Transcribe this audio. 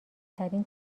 ترین